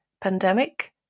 pandemic